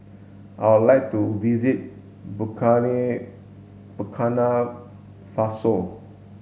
I would like to visit Burkina Faso